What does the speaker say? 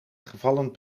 gevallen